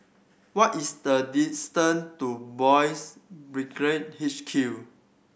what is the distance to Boys' Brigade H Q